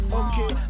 okay